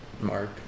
Mark